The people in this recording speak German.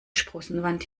sprossenwand